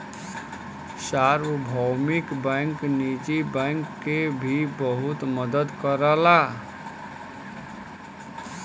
सार्वभौमिक बैंक निजी बैंक के भी बहुत मदद करला